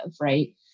right